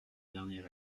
dernier